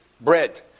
bread